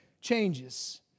changes